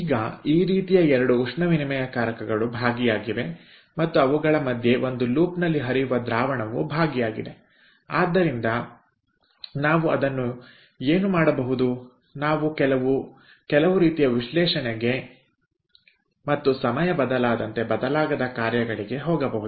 ಈಗ ಈ ರೀತಿಯ ಎರಡು ಉಷ್ಣವಿನಿಮಯಕಾರಕಗಳು ಭಾಗಿಯಾಗಿವೆ ಮತ್ತು ಅವುಗಳ ಮಧ್ಯೆ ಒಂದು ಲೂಪ್ನಲ್ಲಿ ಹರಿಯುವ ದ್ರಾವಣವು ಭಾಗಿಯಾಗಿದೆ ಆದ್ದರಿಂದ ನಾವು ಅದನ್ನು ಏನು ಮಾಡಬಹುದು ನಾವು ಕೆಲವು ರೀತಿಯ ವಿಶ್ಲೇಷಣೆಗೆ ಮತ್ತು ಸಮಯ ಬದಲಾದಂತೆ ಬದಲಾಗದ ಕಾರ್ಯಗಳಿಗೆ ಹೋಗಬಹುದು